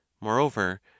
Moreover